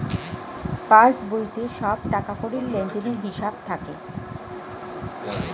পাসবইতে সব টাকাকড়ির লেনদেনের হিসাব থাকে